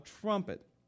trumpet